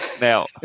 now